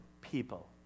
people